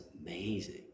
amazing